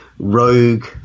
rogue